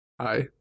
Hi